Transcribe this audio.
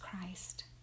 Christ